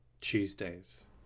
Tuesdays